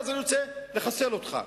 אז אני רוצה לחסל אותך.